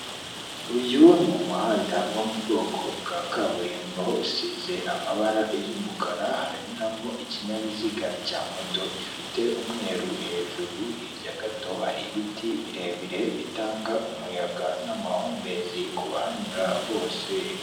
Uyu ni umuhanda wo mu bwoko bwa kaburimbo usize amabara y'umukara, haranyuramo ikinyabiziga cya moto gifite umweru hejuru, hirya gato hari ibiti birebire bitanga umuyaga n'amahumbezi ku bahanyura bose.